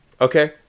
Okay